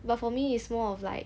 but for me is more of like